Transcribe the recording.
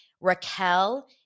Raquel